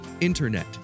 INTERNET